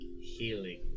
Healing